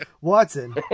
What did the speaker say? Watson